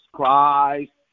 Christ